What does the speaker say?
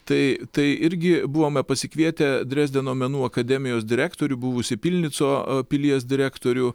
tai tai irgi buvome pasikvietę drezdeno menų akademijos direktorių buvusį pilnico pilies direktorių